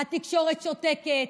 התקשורת שותקת,